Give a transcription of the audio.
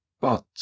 But